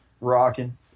rocking